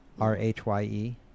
R-H-Y-E